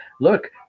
look